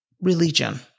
religion